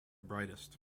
brightest